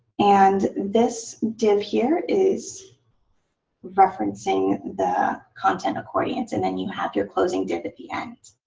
and this div here is referencing the content accordions. and then you have your closing div at the end.